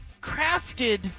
crafted